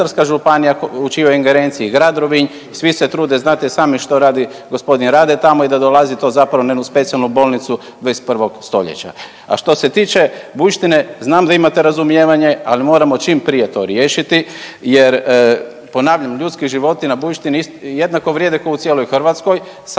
čijoj je ingerenciji, grad Rovinj svi se trude znate i sami što radi g. Rade tamo i da dolazi to zapravo … u specijalnu bolnicu 21. stoljeća. A što se tiče Bujštine znam da imate razumijevanje, ali moramo čim prije to riješiti jer ponavljam ljudski životi na Bujštini jednako vrijede kao u cijeloj Hrvatskoj